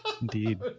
Indeed